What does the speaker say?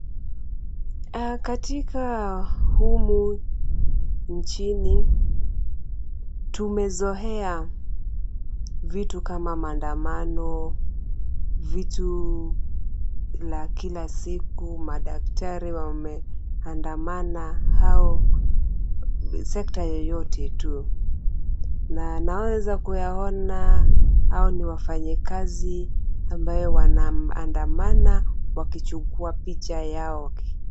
Katika humu mjini, tumezoea vitu kama maandamano, vitu la kila siku, madaktari wameandamana au sekta yeyote tu na naweza kuyaona hawa ni wafanyikazi ambaye wanaandamana wakichukua picha yao.